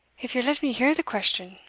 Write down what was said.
if ye'll let me hear the question,